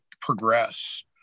progress